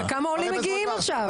כמה עולים מגיעים עכשיו?